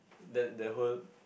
that that whole